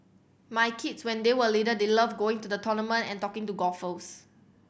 my kids when they were little they loved going to the tournament and talking to golfers